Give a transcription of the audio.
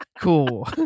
Cool